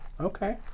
Okay